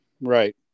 right